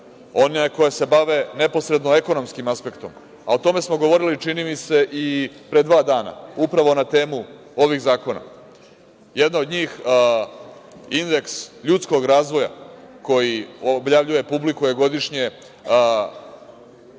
ona koja se bavi neposredno ekonomskim aspektom. A o tome smo govorili, čini mi se, i pre dva dana, upravo na temu ovih zakona. Jedna od njih, indeks ljudskog razvoja koji objavljuje, publikuje godišnje UNDP,